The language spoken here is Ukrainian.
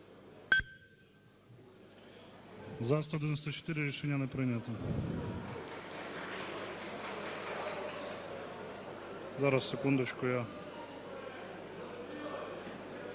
За-194 Рішення не прийнято. Зараз, секундочку, я…